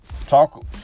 talk